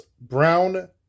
brown